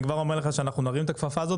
אני כבר אומר לך שאנחנו נרים את הכפפה הזאת